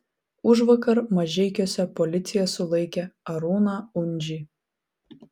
užvakar mažeikiuose policija sulaikė arūną undžį